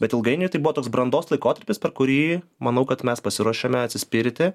bet ilgainiui tai buvo toks brandos laikotarpis per kurį manau kad mes pasiruošėme atsispirti